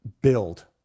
build